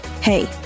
Hey